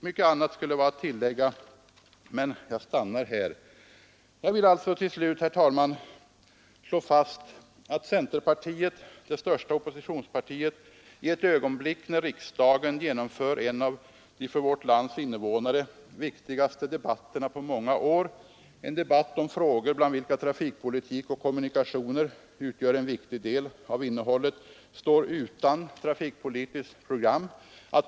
Mycket annat skulle vara att tillägga, men jag stannar här. Jag vill till slut, herr talman, slå fast att centerpartiet, det största oppositionspartiet, i ett ögonblick när riksdagen genomför en av de för vårt lands invånare viktigaste debatterna på många år, en debatt om frågor bland vilka trafikpolitik och kommunikationer utgör en viktig del, står utan trafikpolitiskt program.